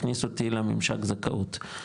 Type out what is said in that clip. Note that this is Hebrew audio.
מכניס אותי לממשק זכאות,